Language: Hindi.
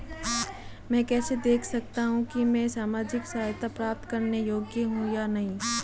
मैं कैसे देख सकता हूं कि मैं सामाजिक सहायता प्राप्त करने योग्य हूं या नहीं?